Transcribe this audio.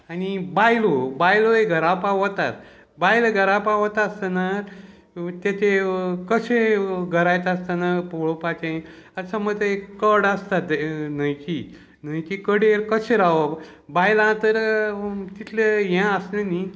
आनी बायलो बायलो गरावपा वतात बायल गरावपा वता आसतना ते ते कशें गरायतना पळोवपाचें आतां समज एक कड आसता न्हंयची न्हंयची कडे कशें रावप बायलां तर तितलें हें आसलें न्ही